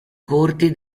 corti